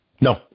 No